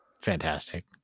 fantastic